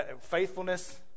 faithfulness